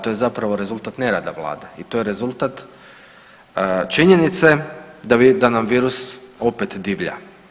To je zapravo rezultat nerada Vlade i to je rezultat činjenice da nam virus opet divlja.